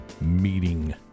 meeting